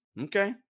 Okay